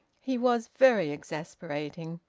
he was very exasperating.